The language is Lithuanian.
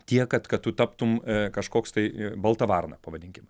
tiek kad kad tu taptum kažkoks tai balta varna pavadinkim